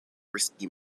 risky